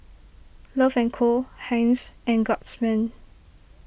Love and Co Heinz and Guardsman